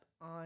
on